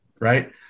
right